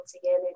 together